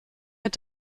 mit